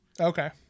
Okay